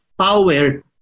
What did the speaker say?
power